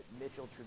Mitchell